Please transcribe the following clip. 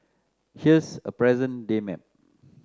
here's a present day map